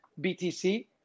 BTC